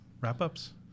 wrap-ups